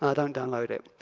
ah don't download it.